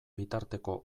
bitarteko